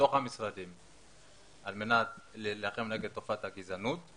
בתוך המשרדים על מנת להילחם בתופעת הגזענות?